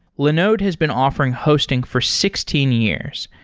linode has been offering hosting for sixteen years,